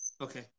Okay